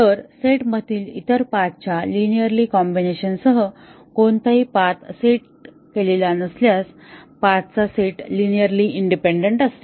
तर सेट मधील इतर पाथ च्या लिनिअरली कॉम्बिनेशन सह कोणताही पाथ सेट केलेला नसल्यास पाथचा सेट लिनिअरली इंडिपेंडन्ट असतो